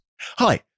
Hi